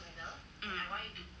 hmm